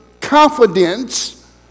confidence